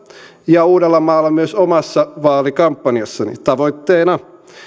ja uudellamaalla myös omassa vaalikampanjassani tavoitteena